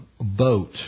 boat